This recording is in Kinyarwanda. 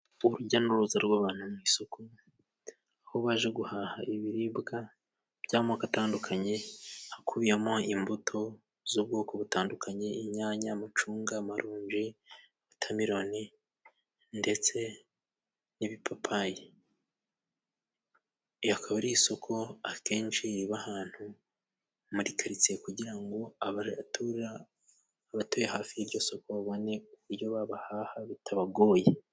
Urujya n'uruza rw'abantu mu isoko, aho baje guhaha ibiribwa by'amoko atandukanye akubiyemo imbuto z'ubwoko butandukanye: inyanya, amacunga, amaronji, wotameroni ndetse n'ibipapayi. Akaba ari isoko akenshi riba ahantu muri karitsiye kugira ngo abatuye hafi y'iryo soko babone ibyo bahaha bitabagoye.